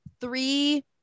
three